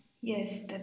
yes